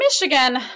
Michigan